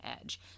edge